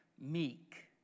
meek